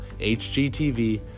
HGTV